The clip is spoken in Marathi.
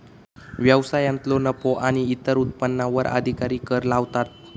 व्यवसायांतलो नफो आणि इतर उत्पन्नावर अधिकारी कर लावतात